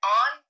on